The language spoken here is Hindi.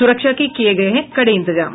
सुरक्षा के किये गये हैं कड़े इंतज़ाम